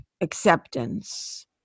acceptance